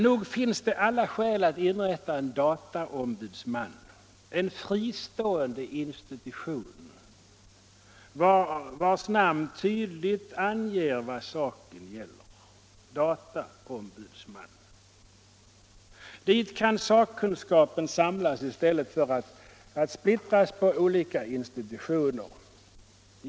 Nog finns det alla skäl att inrätta en dataombudsman, en fristående institution, vars namn tydligt anger vad saken gäller — dataombudsman. Där kan sakkunskapen samlas i stället för att splittras på olika institutioner.